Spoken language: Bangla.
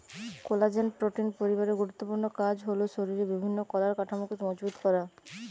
কোলাজেন প্রোটিন পরিবারের গুরুত্বপূর্ণ কাজ হল শরিরের বিভিন্ন কলার কাঠামোকে মজবুত করা